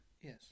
yes